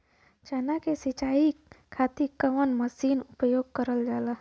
चना के सिंचाई खाती कवन मसीन उपयोग करल जाला?